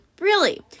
Really